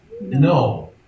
no